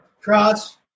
cross